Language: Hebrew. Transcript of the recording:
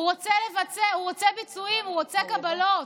הוא רוצה ביצועים, הוא רוצה קבלות,